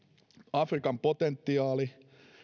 afrikan potentiaali